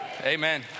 Amen